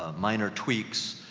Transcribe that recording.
ah minor tweaks,